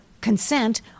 consent